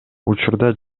учурда